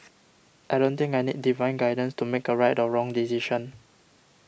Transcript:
I don't think I need divine guidance to make a right or wrong decision